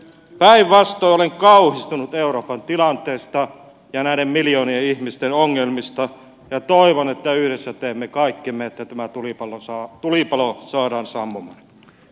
päinvastoin olen kauhistunut euroopan tilanteesta ja näiden miljoonien ihmisten ongelmista ja toivon että yhdessä teemme kaikkemme että tämä tulipalo saadaan sammumaan